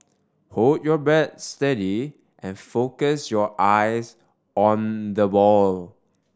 hold your bat steady and focus your eyes on the ball